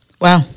Wow